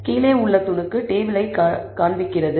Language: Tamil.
கீழே உள்ள துணுக்கு டேபிளை காட்டுகிறது